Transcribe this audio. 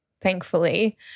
thankfully